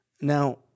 Now